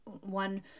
one